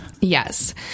Yes